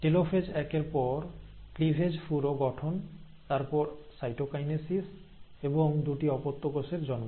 telophase একের পর cleavage পুরো গঠন তারপর সাইটোকাইনেসিস এবং দুটি অপত্য কোষের জন্ম